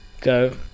go